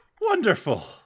Wonderful